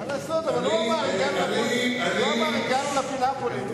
מה לעשות, אבל הוא אמר: הגענו לפינה הפוליטית.